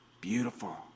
beautiful